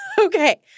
Okay